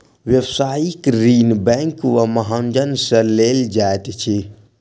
व्यवसायिक ऋण बैंक वा महाजन सॅ लेल जाइत अछि